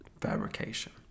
Fabrication